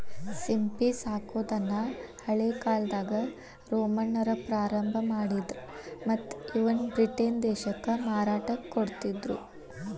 ಸಿಂಪಿ ಸಾಕೋದನ್ನ ಹಳೇಕಾಲ್ದಾಗ ರೋಮನ್ನರ ಪ್ರಾರಂಭ ಮಾಡಿದ್ರ ಮತ್ತ್ ಇವನ್ನ ಬ್ರಿಟನ್ ದೇಶಕ್ಕ ಮಾರಾಟಕ್ಕ ಕೊಡ್ತಿದ್ರು